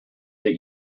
that